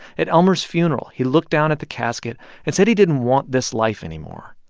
at elmer's funeral, he looked down at the casket and said he didn't want this life anymore.